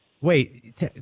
Wait